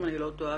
אם אני לא טועה,